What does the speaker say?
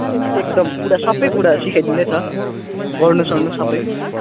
एकदम पुरा सबै कुरा सिकाइदिँदै छ गर्नु सर्नु सबै